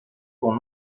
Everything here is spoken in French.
ton